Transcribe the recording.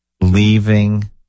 leaving